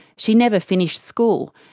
she never finished school,